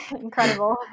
Incredible